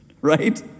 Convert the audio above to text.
right